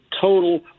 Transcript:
total